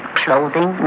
clothing